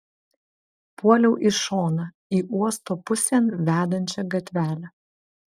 puoliau į šoną į uosto pusėn vedančią gatvelę